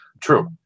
true